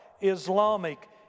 Islamic